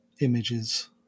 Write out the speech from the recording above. images